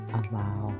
allow